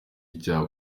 icyaha